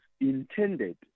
intended